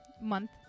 month